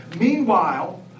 Meanwhile